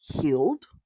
healed